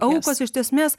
aukos iš esmės